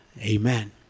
Amen